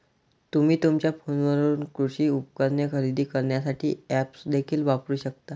तुम्ही तुमच्या फोनवरून कृषी उपकरणे खरेदी करण्यासाठी ऐप्स देखील वापरू शकता